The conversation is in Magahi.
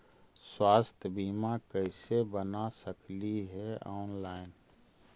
स्वास्थ्य बीमा कैसे बना सकली हे ऑनलाइन?